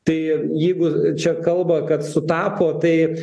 tai jeigu čia kalba kad sutapo tai